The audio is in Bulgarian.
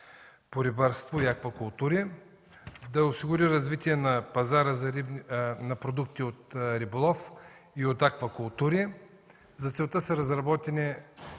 по рибарство и аквакултури, да осигури развитие на пазара на продукти от риболов и от аквакултури. За целта са разработени